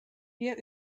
hier